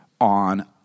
on